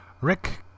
Rick